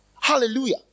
Hallelujah